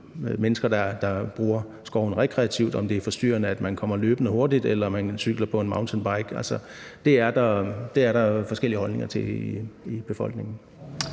mennesker, der bruger skoven rekreativt – om det er forstyrrende, at man kommer løbende hurtigt eller man cykler på en mountainbike. Det er der forskellige holdninger til i befolkningen.